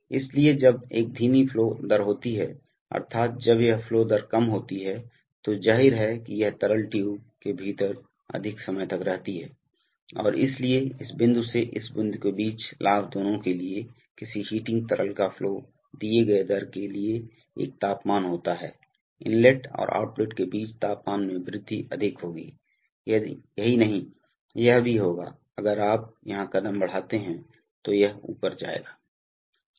इसलिए जब एक धीमी फ्लो दर होती है अर्थात जब यह फ्लो दर कम होती है तो जाहिर है कि यह तरल ट्यूब के भीतर अधिक समय तक रहती है और इसलिए इस बिंदु से इस बिंदु के बीच लाभ दोनों के लिए किसी हीटिंग तरल का फ्लो दिए गए दर के लिए एक तापमान होता है इनलेट और आउटलेट के बीच तापमान में वृद्धि अधिक होगी यही नहीं यह भी होगा अगर आप यहा कदम बढ़ाते हैं तो यह ऊपर जाएगा